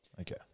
Okay